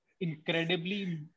incredibly